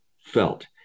felt